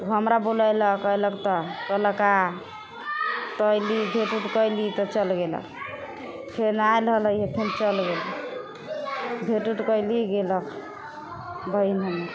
हमरा बोलैलक अएलक तऽ कहलक आ तऽ अएली भेँट उट कएली तऽ चल गेलक फेन आएल रहलै हइ फेन चल गेल भेँट उट कएली गेलक बहिन हमर